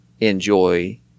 enjoy